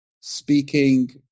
speaking